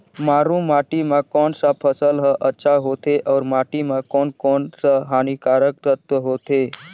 मारू माटी मां कोन सा फसल ह अच्छा होथे अउर माटी म कोन कोन स हानिकारक तत्व होथे?